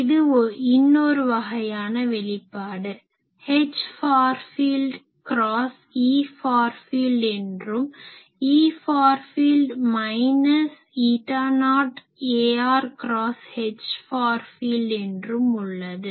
இது இன்னொரு வகையான வெளிப்பாடு H for field cross E for field என்றும் E for field minus eta naught ar cross H for field என்றும் உள்ளது